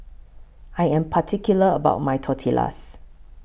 I Am particular about My Tortillas